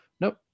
Nope